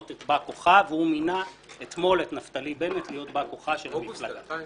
את בא כוחה והוא מינה אתמול את נפתלי בנט להיות בא כוחה של המפלגה.